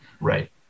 Right